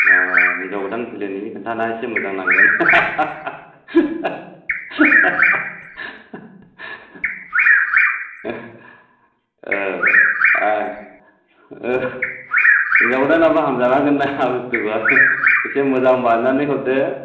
हिन्जाव गोदान फैलायनायनि खोथाना एसे मोजां नांगोन औ दा हिन्जाव गोदानाबो हामजानांगोन ना बुस्थुखौ इसे मोजां बानायनानै हरदो